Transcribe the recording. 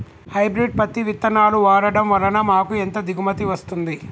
Hybrid పత్తి విత్తనాలు వాడడం వలన మాకు ఎంత దిగుమతి వస్తుంది?